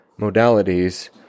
modalities